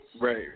right